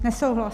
Nesouhlas.